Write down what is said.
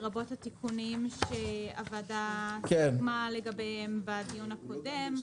לרבות התיקונים שהוועדה סיכמה לגביהם בדיון הקודם.